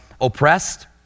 oppressed